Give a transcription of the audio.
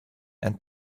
and